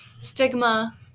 stigma